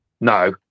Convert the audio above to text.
no